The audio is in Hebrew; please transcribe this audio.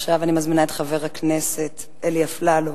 עכשיו אני מזמינה את חבר הכנסת אלי אפללו,